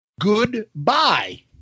goodbye